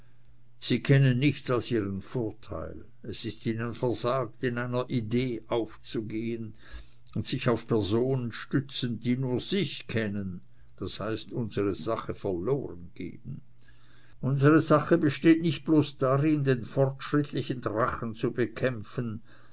sie kennen nichts als ihren vorteil es ist ihnen versagt in einer idee aufzugehen und sich auf personen stützen die nur sich kennen das heißt unsre sache verloren geben unsre sache besteht nicht bloß darin den fortschrittlichen drachen zu bekämpfen